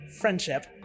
Friendship